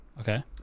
okay